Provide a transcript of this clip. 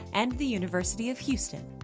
and the university of houston.